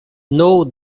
know